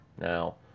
Now